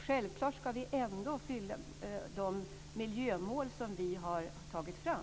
Självklart ska vi ändå uppfylla de miljömål som vi har tagit fram.